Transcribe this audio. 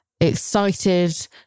excited